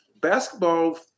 basketball